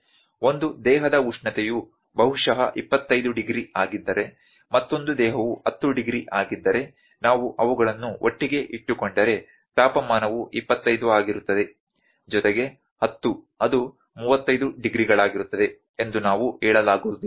ಒಂದು ದೇಹದ ಉಷ್ಣತೆಯು ಬಹುಶಃ 25 ಡಿಗ್ರಿ ಆಗಿದ್ದರೆ ಮತ್ತೊಂದು ದೇಹವು 10 ಡಿಗ್ರಿ ಆಗಿದ್ದರೆ ನಾವು ಅವುಗಳನ್ನು ಒಟ್ಟಿಗೆ ಇಟ್ಟುಕೊಂಡರೆ ತಾಪಮಾನವು 25 ಆಗಿರುತ್ತದೆ ಜೊತೆಗೆ 10 ಅದು 35 ಡಿಗ್ರಿಗಳಾಗಿರುತ್ತದೆ ಎಂದು ನಾವು ಹೇಳಲಾಗುವುದಿಲ್ಲ